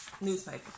Newspaper